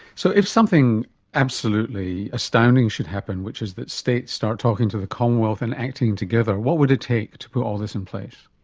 so if something absolutely astounding should happen, which is that states start talking to the commonwealth and acting together, what would it take to put all this in place?